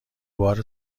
بار